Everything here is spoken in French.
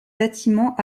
bâtiments